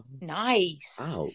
nice